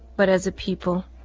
but as a people